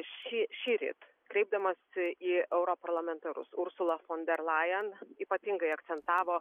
šį šįryt kreipdamasi į europarlamentarus ursula fon der lajen ypatingai akcentavo